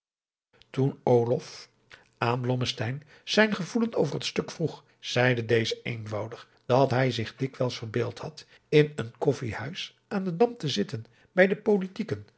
olof aan blommesteyn zijn gevoelen over het stuk vroeg zeide deze eenvoudig dat hij zich dikwijls verbeeld had in een koffijhuis aan den dam te zitten bij de politieken